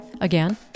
Again